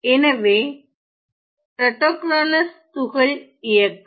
எனவே டவுட்டோகிரானோஸ் துகள் இயக்கம்